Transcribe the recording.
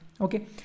Okay